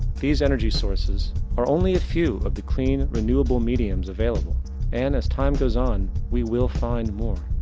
these energy sources are only a few of the clean renewable mediums available and as time goes on we will find more.